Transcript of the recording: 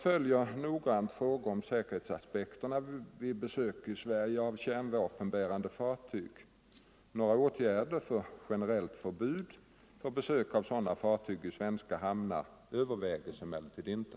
14 november 1974 Jag följer noggrant frågorna om säkerhetsaspekter vid besök i Sverige